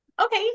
Okay